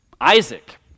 Isaac